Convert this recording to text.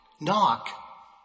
knock